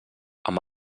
amb